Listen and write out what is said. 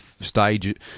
stage